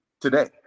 today